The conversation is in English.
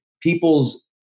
people's